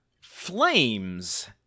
Flames